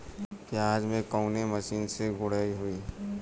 प्याज में कवने मशीन से गुड़ाई होई?